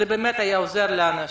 זה באמת היה עוזר לאנשים.